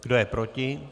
Kdo je proti?